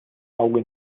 auge